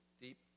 deep